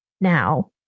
now